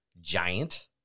giant